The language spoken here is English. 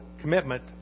commitment